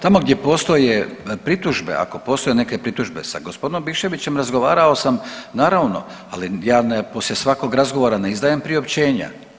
Tamo gdje postoje pritužbe, ako postoje neke pritužbe, sa g. Biščevićem razgovarao sam, naravno, ali ja ne, poslije svakog razgovora ne izdajem priopćenja.